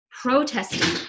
protesting